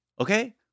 Okay